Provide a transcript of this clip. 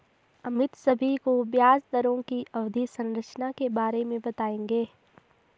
अमित सभी को ब्याज दरों की अवधि संरचना के बारे में बताएंगे